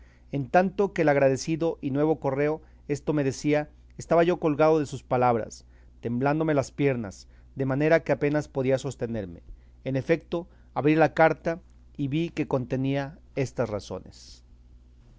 en tanto que el agradecido y nuevo correo esto me decía estaba yo colgado de sus palabras temblándome las piernas de manera que apenas podía sostenerme en efeto abrí la carta y vi que contenía estas razones